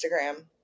Instagram